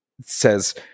says